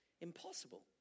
impossible